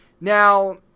Now